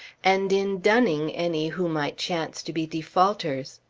and in dunning any who might chance to be defaulters.